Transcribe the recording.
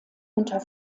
unter